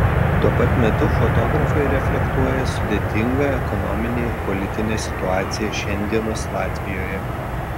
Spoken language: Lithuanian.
tuo pat metu fotografai reflektuoja sudėtingą ekonominę ir politinę situaciją šiandienos latvijoje